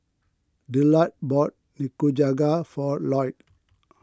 Dillard bought Nikujaga for Lloyd